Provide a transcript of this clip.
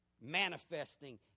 manifesting